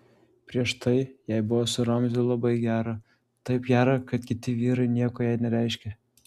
prieš tai jai buvo su ramziu labai gera taip gera kad kiti vyrai nieko jai nereiškė